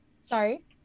Sorry